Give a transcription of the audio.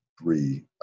three